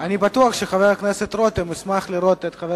אני בטוח שחבר הכנסת רותם ישמח לראות את חבר